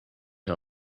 her